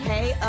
Hey